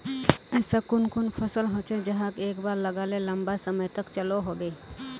ऐसा कुन कुन फसल होचे जहाक एक बार लगाले लंबा समय तक चलो होबे?